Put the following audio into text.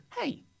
hey